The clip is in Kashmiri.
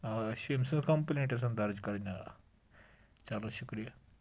أسۍ چھِ یٔمۍ سٕنٛز کَمپِلینٛٹ یَژھان دَرٕج کرنۍ چلو شُکریہ